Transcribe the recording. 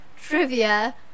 trivia